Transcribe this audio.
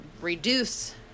reduce